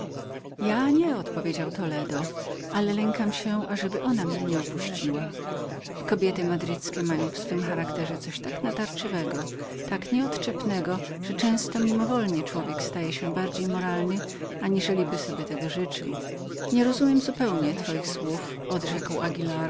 ja nie odpowiedział toledo ale lękam się ażeby ona mnie nie opuściła kobiety madryckie mają w swym charakterze coś tak naglącego tak nieodczepnego że często pomimowolnie człowiek staje się bardziej moralnym aniżeliby tego sobie życzył nie rozumiem zupełnie twoich słów rzekł